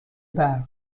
برق